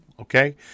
okay